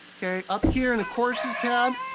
okay, up here in the courses tab,